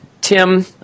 Tim